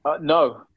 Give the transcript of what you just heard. No